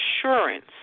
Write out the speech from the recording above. assurance